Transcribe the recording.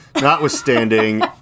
Notwithstanding